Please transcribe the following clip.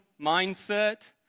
mindset